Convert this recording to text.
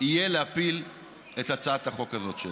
יהיה להפיל את הצעת החוק הזאת שלי.